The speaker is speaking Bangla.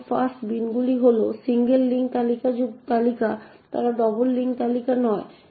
যেমন ফাস্ট বিনগুলি হল সিঙ্গেল লিঙ্ক তালিকা তারা ডাবল লিঙ্ক তালিকা নয়